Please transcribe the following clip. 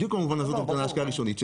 בדיוק במובן הזה זו השקעה ראשונית,